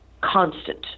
constant